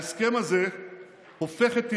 ההסכם הזה הופך את איראן,